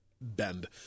bend